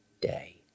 day